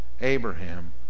Abraham